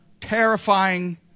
terrifying